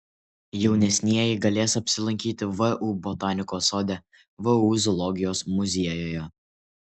jaunesnieji galės apsilankyti vu botanikos sode vu zoologijos muziejuje